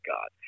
God